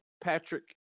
Patrick